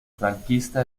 franquista